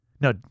No